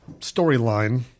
storyline